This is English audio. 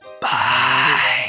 Bye